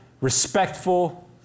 respectful